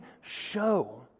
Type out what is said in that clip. show